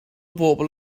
bobl